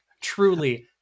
truly